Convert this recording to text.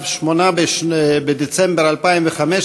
הצעות חוק שהוגשו מטעמו כמציע יחיד הורדו מסדר-היום.